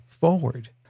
forward